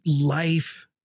life